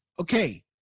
okay